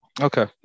Okay